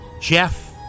Jeff